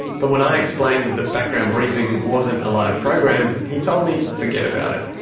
but when i explained that background briefing wasn't a live program, he told me forget about it.